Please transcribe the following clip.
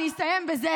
אני אסיים בזה,